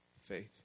faith